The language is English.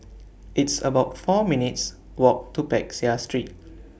It's about four minutes' Walk to Peck Seah Street